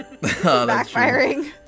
Backfiring